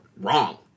wrong